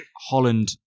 Holland